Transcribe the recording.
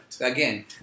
Again